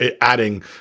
adding